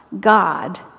God